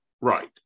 Right